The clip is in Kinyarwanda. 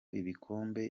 ibikombe